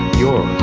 your